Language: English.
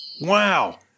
Wow